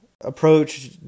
approach